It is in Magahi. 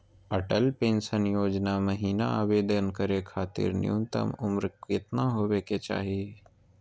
अटल पेंसन योजना महिना आवेदन करै खातिर न्युनतम उम्र केतना होवे चाही?